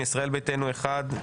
ישראל ביתנו אחד,